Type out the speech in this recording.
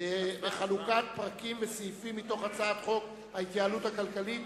חלוקת פרקים וסעיפים מתוך הצעת חוק ההתייעלות הכלכלית